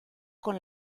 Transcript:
con